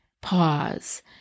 pause